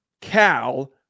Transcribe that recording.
Cal